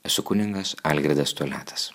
esu kunigas algirdas toliatas